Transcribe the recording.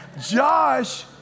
Josh